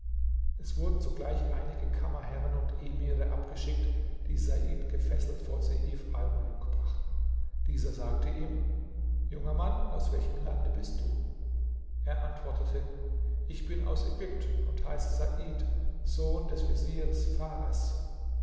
es wurden sogleich einige kammerherren und emire abgeschickt die said gefesselt vor seif almuluk brachten dieser sagte ihm junger mann aus welchem lande bist du er antwortete ich bin aus ägypten und heiße said sohn des veziers fares